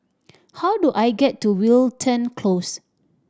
how do I get to Wilton Close